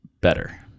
better